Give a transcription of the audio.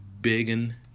biggin